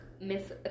Miss